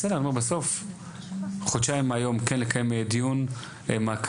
בסוף חודשיים מהיום כן לקיים דיון מעקב,